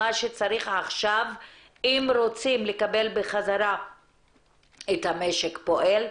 מה שצריך עכשיו - אם רוצים לקבל בחזרה את המשק פועל,